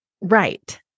Right